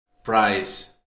price